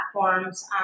platforms